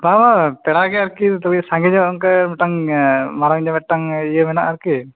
ᱵᱟᱝ ᱵᱟᱝ ᱯᱮᱲᱟ ᱜᱮ ᱟᱨᱠᱤ ᱥᱟᱸᱜᱮ ᱧᱚᱜ ᱚᱱᱠᱟ ᱢᱤᱫ ᱴᱟᱝ ᱢᱟᱨᱟᱝ ᱜᱮ ᱢᱤᱫᱴᱟᱝ ᱤᱭᱟᱹ ᱢᱮᱱᱟᱜᱼᱟ ᱟᱨᱠᱤ